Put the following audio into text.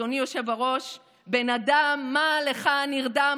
אדוני היושב-ראש: "בן אדם מה לך נרדם,